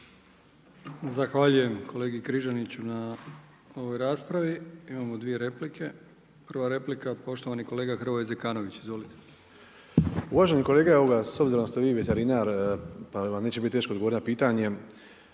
Zahvaljujem kolegi Križaniću na ovoj raspravi. Imamo 2 replike. Prva replika poštovani kolega Hrvoje Zekanović. Izvolite. **Zekanović, Hrvoje (HRAST)** Uvaženi kolega, evo ga s obzirom da ste vi veterinar, pa vam neće biti teško odgovoriti na pitanje.